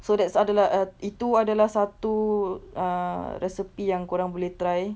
so that's adalah err itu adalah satu ah recipe yang kau orang boleh try